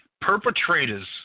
perpetrators